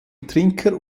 trinker